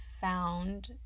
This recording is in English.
found